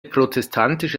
protestantisch